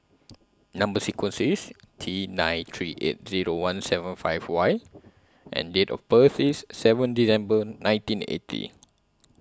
Number sequence IS T nine three eight Zero one seven five Y and Date of birth IS seven December nineteen eighty